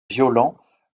violents